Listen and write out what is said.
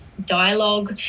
dialogue